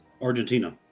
Argentina